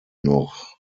noch